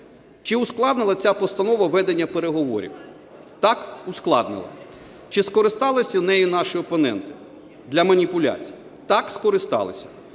Чи ускладнила ця постанова ведення переговорів? Так, ускладнила. Чи скористалися нею наші опоненти для маніпуляцій? Так, скористалися.